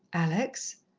alex?